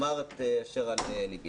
אומר את אשר על ליבי.